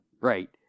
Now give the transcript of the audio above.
Right